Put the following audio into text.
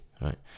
right